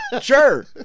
Sure